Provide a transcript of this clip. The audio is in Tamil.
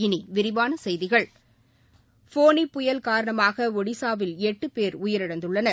இனி விரிவான செய்திகள் ஃபோனி புயல் காரணமாக ஒடிஸாவில் எட்டு பேர் உயிரிழந்துள்ளனர்